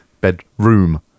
Bedroom